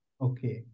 Okay